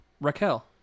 Raquel